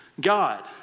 God